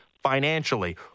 financially